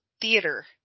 theater